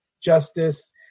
justice